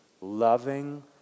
loving